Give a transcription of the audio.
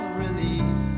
relief